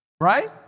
Right